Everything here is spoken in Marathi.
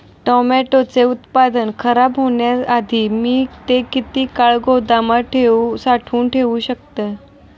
टोमॅटोचे उत्पादन खराब होण्याआधी मी ते किती काळ गोदामात साठवून ठेऊ शकतो?